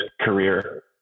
career